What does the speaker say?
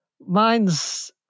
Mine's